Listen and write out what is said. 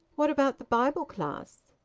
what about the bible class?